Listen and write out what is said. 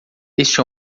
este